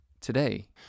today